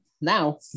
now